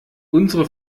unsere